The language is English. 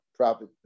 Prophet